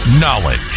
Knowledge